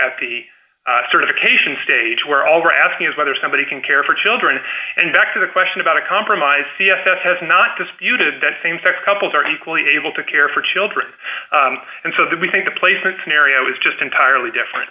at the certification stage where all right asking is whether somebody can care for children and back to the question about a compromise c f s has not disputed that same sex couples are equally able to care for children and so that we think the placement scenario is just entirely different